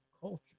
culture